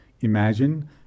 Imagine